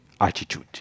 attitude